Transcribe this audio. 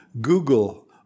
Google